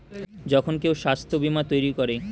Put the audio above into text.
যখন কেউ স্বাস্থ্য বীমা তৈরী করে